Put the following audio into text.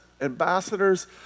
ambassadors